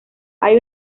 hay